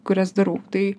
kurias darau tai